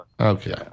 Okay